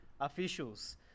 Officials